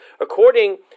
According